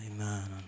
Amen